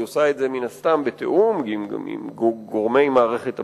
היא עשתה את זה בתיאום מסוים עם הפלסטינים ועם גורמי הביטחון.